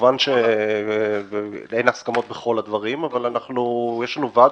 כמובן שאין הסכמות בכל הדברים אבל יש לנו ועד